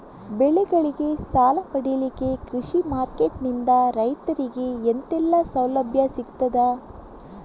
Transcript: ಬೆಳೆಗಳಿಗೆ ಸಾಲ ಪಡಿಲಿಕ್ಕೆ ಕೃಷಿ ಮಾರ್ಕೆಟ್ ನಿಂದ ರೈತರಿಗೆ ಎಂತೆಲ್ಲ ಸೌಲಭ್ಯ ಸಿಗ್ತದ?